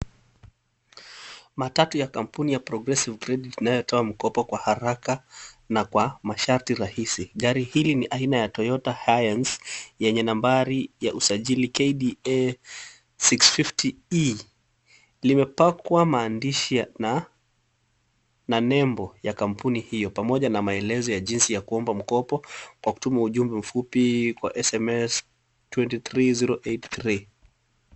Matatu ya kampuni ya Progressive Credits inayotoa mkopo kwa haraka na kwa masharti rahisi. Gari hili ni aina ya Toyota Hiace, yenye nambari ya usajili KDA 650E . Limepakwa maandishia na nembo ya kampuni hiyo, pamoja na maeleze ya jinsi ya kuomba mkopo kwa kutuma ujumbe mfupi kwa SMS 23083 .